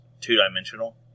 two-dimensional